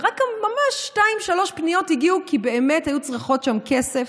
ורק ממש שתיים-שלוש פניות הגיעו כי באמת היו צריכות שם כסף.